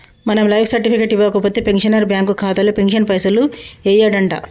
మనం life certificate ఇవ్వకపోతే pensioner bank ఖాతాలో పెన్షన్ పైసలు యెయ్యడంట